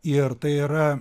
ir tai yra